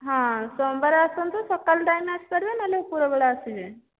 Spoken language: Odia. ହଁ ସୋମବାର ଆସନ୍ତୁ ସକାଳୁ ଟାଇମ ଆସିପାରିବେ ନହେଲେ ଉପରବେଳା ଆସିବେ